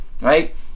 right